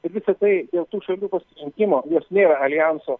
ir visa tai dėl tų šalių pasirinkimo jos nėra aljanso